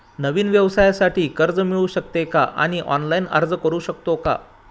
नवीन व्यवसायासाठी कर्ज मिळू शकते का आणि ऑनलाइन अर्ज करू शकतो का?